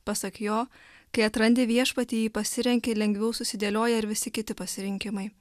pasak jo kai atrandi viešpatį jį pasirenki lengviau susidėlioja ir visi kiti pasirinkimai